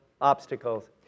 obstacles